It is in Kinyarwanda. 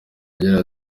agira